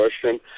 question